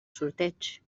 sorteig